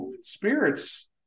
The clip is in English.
Spirits